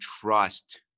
trust